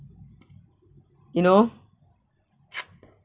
you know